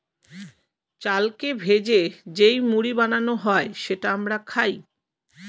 চালকে ভেজে যেই মুড়ি বানানো হয় সেটা আমরা খাই